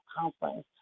conference